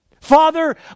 Father